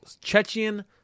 Chechen